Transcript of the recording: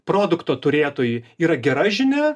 produkto turėtojui yra gera žinia